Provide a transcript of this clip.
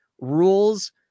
rules